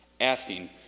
asking